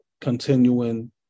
continuing